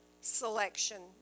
selection